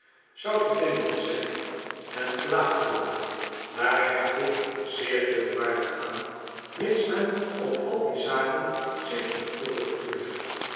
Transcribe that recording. zou te vinden zijn en gelaatkunde daar hecht ik zeer veel waarde aan mits men op al die zaken zich zorgvuldig toelegge